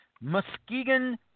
Muskegon